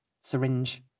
syringe